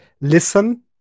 listen